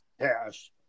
cash